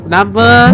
Number